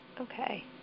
Okay